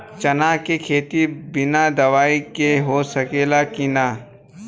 चना के खेती बिना दवाई के हो सकेला की नाही?